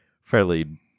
fairly